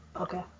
Okay